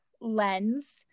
lens